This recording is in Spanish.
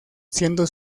siendo